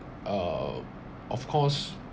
uh of course